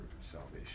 salvation